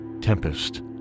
Tempest